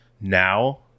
now